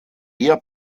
eher